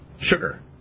sugar